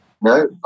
No